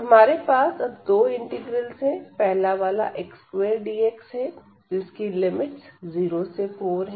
तो हमारे पास अब दो इंटीग्रल्स है पहला वाला x2dx है जिसकी लिमिट्स 0 से 4 है